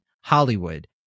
Hollywood